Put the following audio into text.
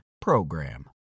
PROGRAM